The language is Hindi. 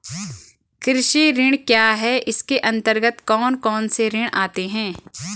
कृषि ऋण क्या है इसके अन्तर्गत कौन कौनसे ऋण आते हैं?